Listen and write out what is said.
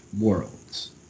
worlds